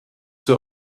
zur